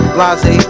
Blase